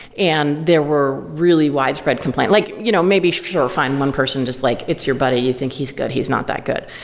and there were really widespread complaint. like you know maybe sure, fine, one person just like, it's your buddy. you think he's good. he's not that good.